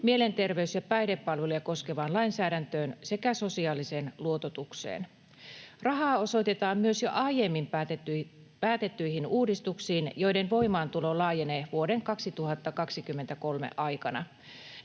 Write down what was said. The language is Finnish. mielenterveys- ja päihdepalveluja koskevaan lainsäädäntöön sekä sosiaaliseen luototukseen. Rahaa osoitetaan myös jo aiemmin päätettyihin uudistuksiin, joiden voimaantulo laajenee vuoden 2023 aikana.